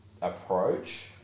approach